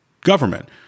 government